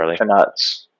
nuts